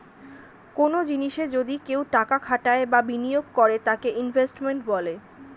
কনো জিনিসে যদি কেউ টাকা খাটায় বা বিনিয়োগ করে তাকে ইনভেস্টমেন্ট বলে